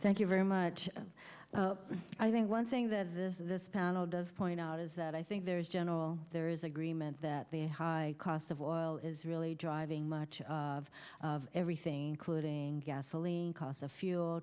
thank you very much i think one thing that this is this panel does point out is that i think there is general there is agreement that the high cost of oil is really driving much of everything including gasoline cost of fuel